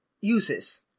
uses